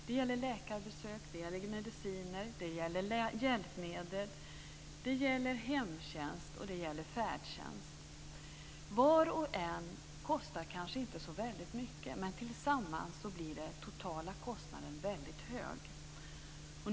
Det gäller läkarbesök, mediciner, hjälpmedel, hemtjänst och färdtjänst. Var och en kostar kanske inte så väldigt mycket men totalt sett blir kostnaden väldigt hög.